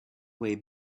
way